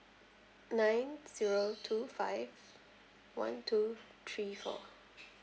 nine zero two five one two three four